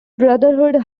brotherhood